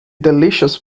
delicious